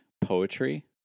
poetry